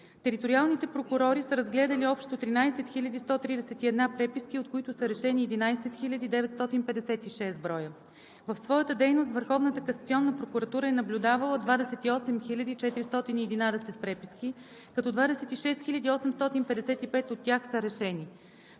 Териториалните прокуратури са разгледали общо 13 131 преписки, от които са решени 11 956 броя. В своята дейност Върховната касационна прокуратура е наблюдавала 28 411 преписки, като 26 855 от тях са решени.